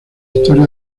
historia